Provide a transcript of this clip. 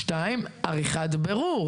(2)עריכת בירור